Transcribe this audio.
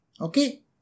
Okay